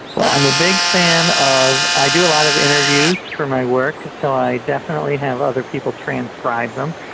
well, i'm a big fan of, i do a lot of interviews for my work, so i definitely have other people transcribe them,